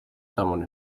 someone